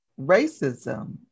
racism